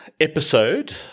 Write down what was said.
episode